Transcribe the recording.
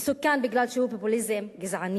מסוכן בגלל שהוא פופוליזם גזעני.